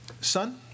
Son